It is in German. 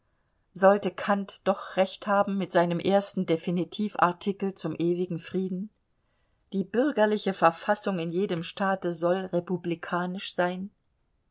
sollte kant doch recht haben mit seinem ersten definitivartikel zum ewigen frieden die bürgerliche verfassung in jedem staate soll republikanisch sein